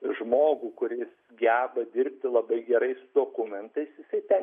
žmogų kuris geba dirbti labai gerai su dokumentais jisai ten